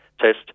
test